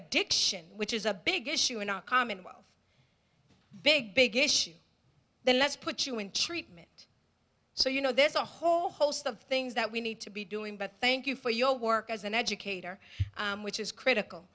addiction which is a big issue in our commonwealth big big issue then let's put you in treatment so you know there's a whole host of things that we need to be doing but thank you for your work as an educator which is critical